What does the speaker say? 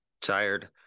tired